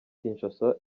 kinshasa